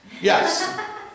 Yes